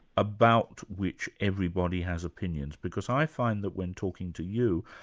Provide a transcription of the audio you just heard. about which everybody has opinions, because i find that when talking to you,